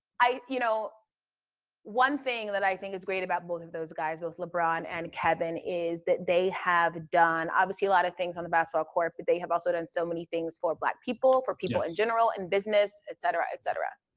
i, you know one thing that i think is great about both of those guys, with lebron and kevin, is that they have done obviously a lot of things on the basketball court, but they have also done so many things for black people, for people in general in business, et cetera, et cetera.